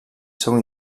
seu